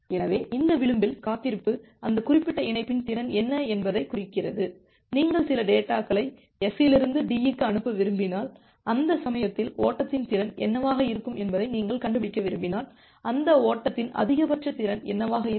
எனவே இந்த விளிம்பில் காத்திருப்பு அந்த குறிப்பிட்ட இணைப்பின் திறன் என்ன என்பதைக் குறிக்கிறது நீங்கள் சில டேட்டாகளை S லிருந்து D க்கு அனுப்ப விரும்பினால் அந்த சமயத்தில் ஓட்டத்தின் திறன் என்னவாக இருக்கும் என்பதை நீங்கள் கண்டுபிடிக்க விரும்பினால் அந்த ஓட்டத்தின் அதிகபட்ச திறன் என்னவாக இருக்கும்